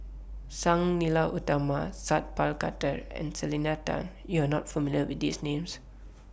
Sang Nila Utama Sat Pal Khattar and Selena Tan YOU Are not familiar with These Names